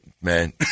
man